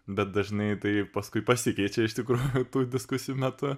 bet dažnai tai paskui pasikeičia iš tikru tų diskusijų metu